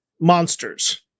Monsters